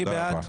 מי בעד?